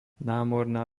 námorná